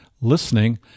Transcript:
listening